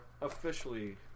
Officially